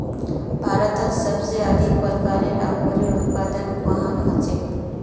भारतत सबसे अधिक प्रकारेर अंगूरेर उत्पादन कुहान हछेक